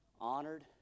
honored